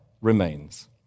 remains